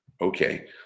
Okay